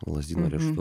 lazdyno riešutų